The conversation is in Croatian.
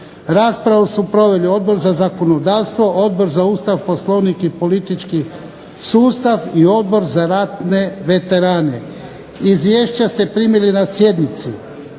Raspravu su proveli Odbor za zakonodavstvo, Odbor za Ustav, Poslovnik i politički sustav i Odbor za ratne veterane. Izvješća ste primili na sjednici.